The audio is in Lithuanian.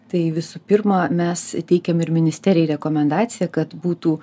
tai visų pirma mes teikiam ir ministerijai rekomendaciją kad būtų